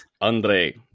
Andre